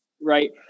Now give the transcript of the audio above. right